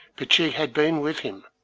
but she had been with him,